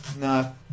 no